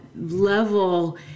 level